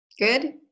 Good